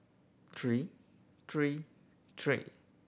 three three three